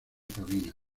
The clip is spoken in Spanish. cabina